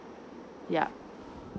yup